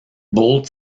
bold